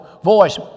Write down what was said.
voice